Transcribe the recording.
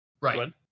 Right